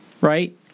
right